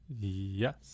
Yes